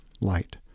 light